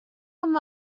amb